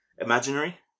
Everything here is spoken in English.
Imaginary